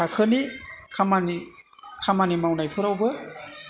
थाखोनि खामानि खामानि मावनायफ्रावबो